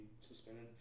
suspended